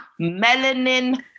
melanin